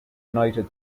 united